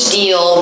deal